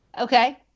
Okay